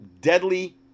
deadly